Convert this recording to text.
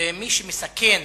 ומי שמסכן